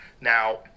now